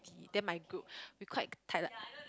then my group we quite tired